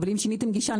אבל אם שיניתם גישה,